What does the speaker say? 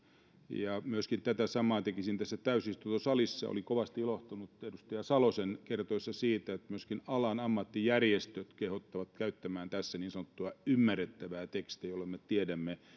ja myöskin tätä samaa tekisin tässä täysistuntosalissa olin kovasti ilahtunut edustaja salosen kertoessa siitä että myöskin alan ammattijärjestöt kehottavat käyttämään tässä niin sanottua ymmärrettävää tekstiä jolloin me tiedämme